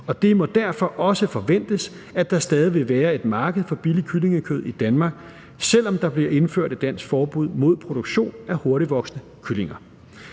det må derfor også forventes, at der stadig vil være et marked for billigt kyllingekød i Danmark, selv om der bliver indført et dansk forbud mod produktion af hurtigtvoksende kyllinger.